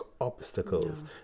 obstacles